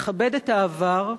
לכבד את העבר,